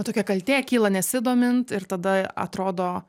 tokia kaltė kyla nesidomint ir tada atrodo